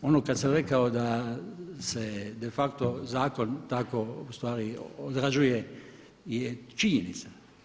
Ono kad sam rekao da se de facto zakon tako u stvari odrađuje je činjenica.